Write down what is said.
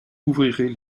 ouvrirez